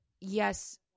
yes